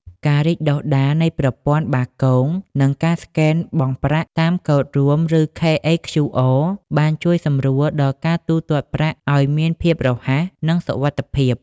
ការរីកដុះដាលនៃប្រព័ន្ធបាគង និងការស្កេនបង់ប្រាក់តាមកូដរួម ( ឬ KHQR) បានជួយសម្រួលដល់ការទូទាត់ប្រាក់ឱ្យមានភាពរហ័ស និងសុវត្ថិភាព។